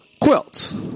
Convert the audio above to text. quilts